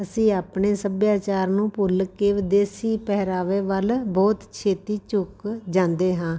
ਅਸੀਂ ਆਪਣੇ ਸੱਭਿਆਚਾਰ ਨੂੰ ਭੁੱਲ ਕੇ ਵਿਦੇਸ਼ੀ ਪਹਿਰਾਵੇ ਵੱਲ ਬਹੁਤ ਛੇਤੀ ਝੁੱਕ ਜਾਂਦੇ ਹਾਂ